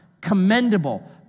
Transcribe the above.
commendable